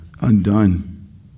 undone